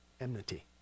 enmity